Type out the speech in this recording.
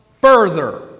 further